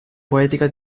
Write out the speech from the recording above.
poetica